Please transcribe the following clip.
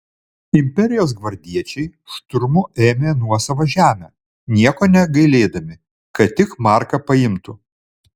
imperijos gvardiečiai šturmu ėmė nuosavą žemę nieko negailėdami kad tik marką paimtų